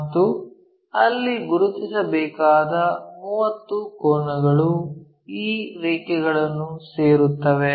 ಮತ್ತು ಅಲ್ಲಿ ಗುರುತಿಸಬೇಕಾದ 30 ಕೋನಗಳು ಈ ರೇಖೆಗಳನ್ನು ಸೇರುತ್ತವೆ